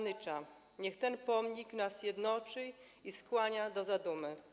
Nycza: niech ten pomnik nas jednoczy i skłania do zadumy.